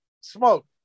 smoke